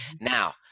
Now